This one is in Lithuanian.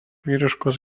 vyriškos